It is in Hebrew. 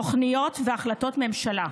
תוכניות והחלטות ממשלה.